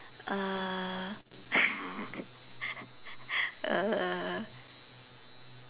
uh err